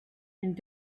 and